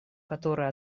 которые